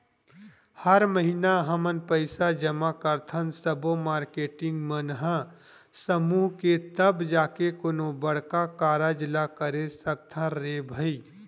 हर महिना हमन पइसा जमा करथन सब्बो मारकेटिंग मन ह समूह के तब जाके कोनो बड़का कारज ल करे सकथन रे भई